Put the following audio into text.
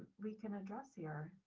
we can address here.